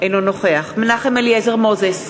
אינו נוכח מנחם אליעזר מוזס,